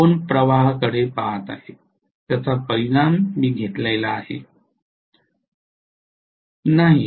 मी दोन प्रवाहाकडे पहात आहे त्याचा परिणाम मी घेतला आहे